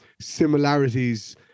similarities